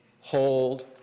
hold